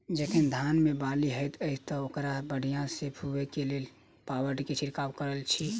जखन धान मे बाली हएत अछि तऽ ओकरा बढ़िया सँ फूटै केँ लेल केँ पावडर केँ छिरकाव करऽ छी?